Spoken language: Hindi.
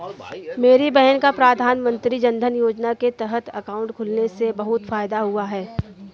मेरी बहन का प्रधानमंत्री जनधन योजना के तहत अकाउंट खुलने से बहुत फायदा हुआ है